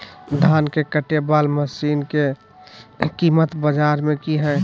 धान के कटे बाला मसीन के कीमत बाजार में की हाय?